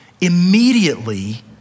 Immediately